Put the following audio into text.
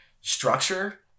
structure